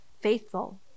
faithful